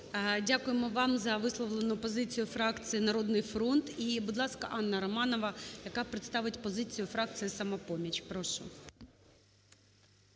Дякуємо вам за висловлену позицію фракції "Народний фронт". І, будь ласка, Анна Романова, яка представить позицію фракції "Самопоміч". Прошу.